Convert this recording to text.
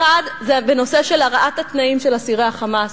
אחת, בנושא של הרעת התנאים של אסירי ה"חמאס".